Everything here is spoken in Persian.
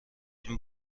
این